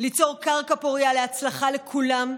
ליצור קרקע פורייה להצלחה לכולם,